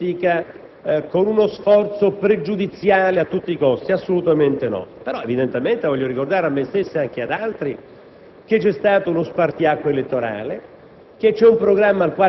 di operare in controtendenza, con una visione antagonistica, con uno sforzo pregiudiziale a tutti i costi: assolutamente non è stato così. Però, lo voglio ricordare a me stesso e agli altri,